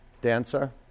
Dancer